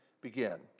begin